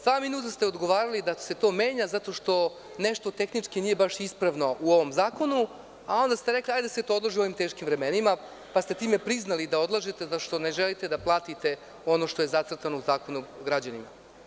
Dva minuta ste odgovarali da se to menja zato što nešto tehnički nije baš ispravno u ovom zakonu, a onda ste rekli – hajde da se to odloži u ovim teškim vremenima, pa ste time priznali da odlažete zato što ne želite da platite ono što je zacrtano u zakonu građanima.